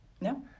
no